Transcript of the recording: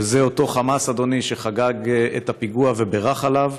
וזה אותו חמאס, אדוני, שחגג את הפיגוע ובירך עליו.